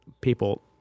people